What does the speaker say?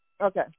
Okay